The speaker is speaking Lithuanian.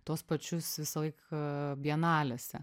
tuos pačius visą laiką bienalėse